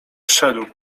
szedł